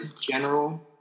general